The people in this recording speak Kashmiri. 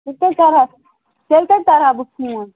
تیٚلہِ کَتہِ کَر ہا تیٚلہِ کتہِ کَر ہا بہٕ فون